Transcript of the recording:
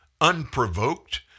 unprovoked